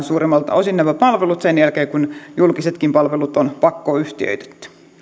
suurimmalta osin yksityistetään nämä palvelut sen jälkeen kun julkisetkin palvelut on pakkoyhtiöitetty